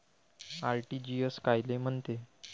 RTGS कायले म्हनते?